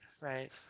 right